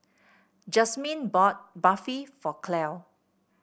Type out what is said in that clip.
Jazmyn bought Barfi for Clell